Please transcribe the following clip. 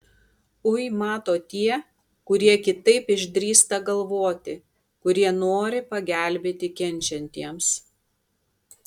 ui mato tie kurie kitaip išdrįsta galvoti kurie nori pagelbėti kenčiantiems